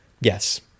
Yes